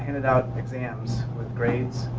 and and out exams with grades,